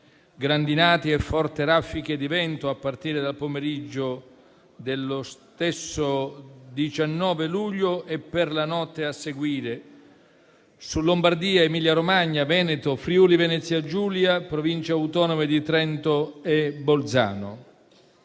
grandinate e forti raffiche di vento a partire dal pomeriggio dello stesso 19 luglio e per la notte a seguire su Lombardia, Emilia-Romagna, Veneto, Friuli-Venezia Giulia, Province autonome di Trento e Bolzano.